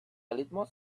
litmus